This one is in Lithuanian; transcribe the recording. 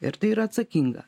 ir tai yra atsakinga